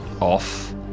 off